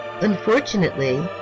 Unfortunately